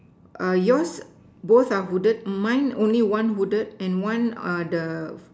yours both are hooded mine only one hooded and one the